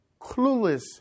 clueless